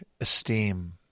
esteem